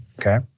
Okay